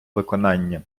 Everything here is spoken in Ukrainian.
виконання